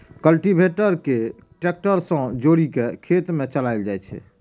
cultivator कें tractor सं जोड़ि कें खेत मे चलाएल जाइ छै